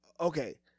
Okay